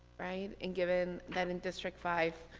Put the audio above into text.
right? and given that in district five.